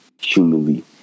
humanly